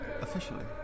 officially